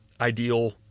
ideal